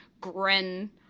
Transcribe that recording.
grin